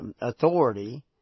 authority